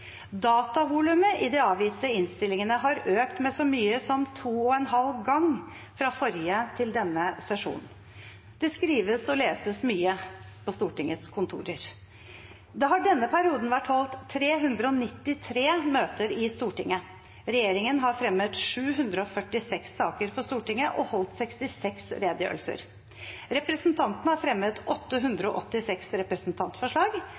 Datavolumet i de avgitte innstillingene har økt med så mye som to og en halv gang fra forrige til denne sesjon. Det skrives og leses mye på Stortingets kontorer. Det har i denne perioden vært holdt 393 møter i Stortinget. Regjeringen har fremmet 746 saker for Stortinget og holdt 66 redegjørelser. Representantene har fremmet 886 representantforslag.